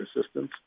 assistance